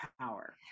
power